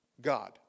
God